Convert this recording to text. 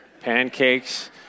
pancakes